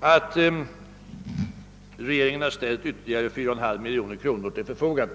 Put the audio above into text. att regeringen ställt ytterligare 4,5 miljoner kronor till förfogande för hjälpen till Biafra.